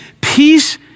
peace